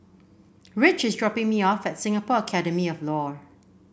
Rich is dropping me off at Singapore Academy of Law